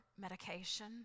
medication